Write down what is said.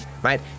Right